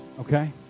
Okay